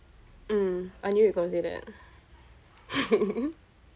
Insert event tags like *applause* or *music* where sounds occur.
um I knew you going to say that *laughs*